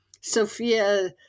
Sophia